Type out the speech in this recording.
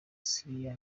syria